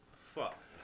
Fuck